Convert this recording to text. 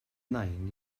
nain